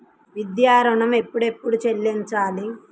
విద్యా ఋణం ఎప్పుడెప్పుడు చెల్లించాలి?